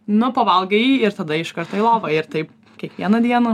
nu pavalgai ir tada iš karto į lovą ir taip kiekvieną dieną